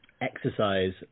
exercise